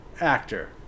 actor